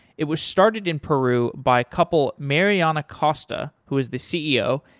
it was started in peru by couple mariana acosta, who is the ceo,